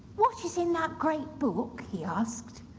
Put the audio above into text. what is in that great book? he asked.